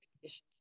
conditions